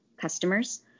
customers